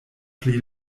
pli